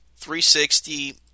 360